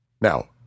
Now